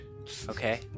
Okay